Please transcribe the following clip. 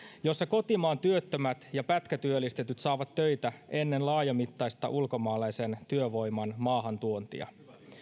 jossa kotimaan työttömät ja pätkätyöllistetyt saavat töitä ennen laajamittaista ulkomaalaisen työvoiman maahantuontia